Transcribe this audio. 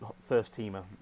first-teamer